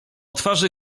twarzy